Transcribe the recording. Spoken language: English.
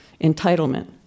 entitlement